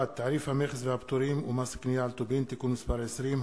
1. תעריף המכס והפטורים ומס קנייה על טובין (תיקון מס' 20),